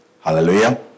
Hallelujah